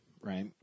right